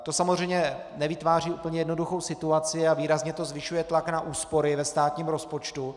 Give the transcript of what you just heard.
To samozřejmě nevytváří úplně jednoduchou situaci a výrazně to zvyšuje tlak na úspory ve státním rozpočtu.